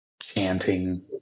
chanting